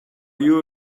you